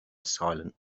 silent